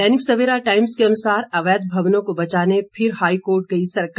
दैनिक Savera Times के अनुसार अवैध भवनों को बचाने फिर हाईकोर्ट गई सरकार